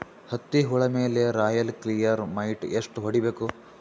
ಹತ್ತಿ ಹುಳ ಮೇಲೆ ರಾಯಲ್ ಕ್ಲಿಯರ್ ಮೈಟ್ ಎಷ್ಟ ಹೊಡಿಬೇಕು?